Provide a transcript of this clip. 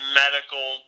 medical